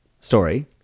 story